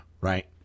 right